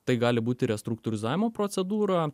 tai gali būti restruktūrizavimo procedūra